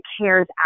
CARES